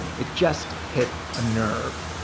it just hit a nerve